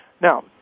Now